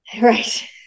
right